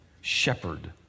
shepherd